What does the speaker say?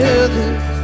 others